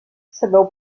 sabeu